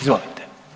Izvolite.